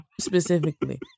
Specifically